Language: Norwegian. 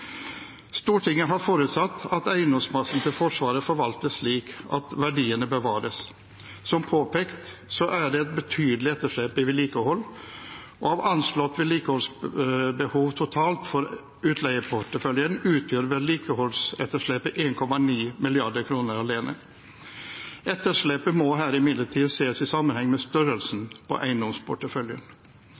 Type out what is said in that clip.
Stortinget har forutsatt at eiendomsmassen til Forsvaret forvaltes slik at verdiene bevares. Som påpekt er det et betydelig etterslep i vedlikehold, og av anslått vedlikeholdsbehov totalt for utleieporteføljen utgjør vedlikeholdsetterslepet 1,9 mrd. kr alene. Etterslepet må her imidlertid ses i sammenheng med størrelsen på eiendomsporteføljen.